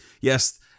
Yes